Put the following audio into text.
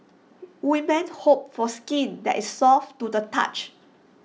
women hope for skin that is soft to the touch